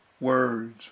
words